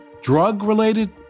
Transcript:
drug-related